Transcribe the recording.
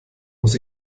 muss